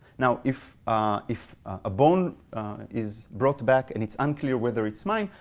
now if if a bone is brought back, and it's unclear whether it's mine,